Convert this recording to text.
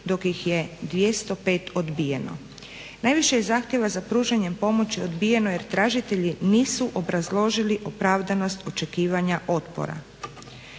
dok ih je 205 odbijeno. Najviše je zahtjeva za pružanjem pomoći odbijeno jer tražitelji nisu obrazložili opravdanost očekivanja otpora.